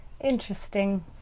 interesting